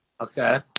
Okay